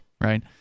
right